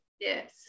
yes